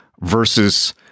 versus